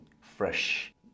fresh